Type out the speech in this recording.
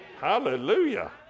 Hallelujah